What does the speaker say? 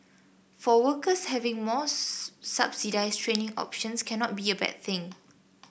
for workers having more subsidised training options cannot be a bad thing